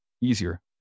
easier